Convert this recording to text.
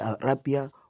Arabia